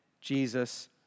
Jesus